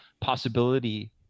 possibility